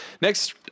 Next